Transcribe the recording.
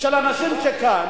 של אנשים כאן,